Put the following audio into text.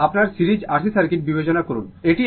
এরপর আপনার series R C circuit বিবেচনা করুন